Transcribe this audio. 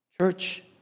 Church